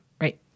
right